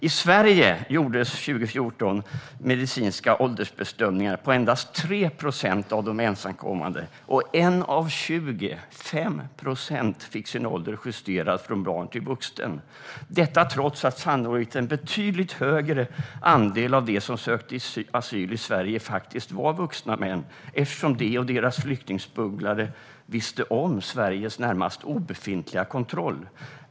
I Sverige gjordes under 2014 medicinska åldersbedömningar på endast 3 procent av de ensamkommande, och en av 20, alltså 5 procent, fick sin ålder justerad från barn till vuxen. Detta trots att sannolikt en betydligt högre andel av dem som sökte asyl i Sverige faktiskt var vuxna män, eftersom de och deras flyktingsmugglare kände till Sveriges närmast obefintliga kontroll.